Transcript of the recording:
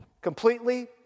completely